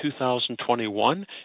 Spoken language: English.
2021